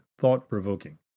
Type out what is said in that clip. thought-provoking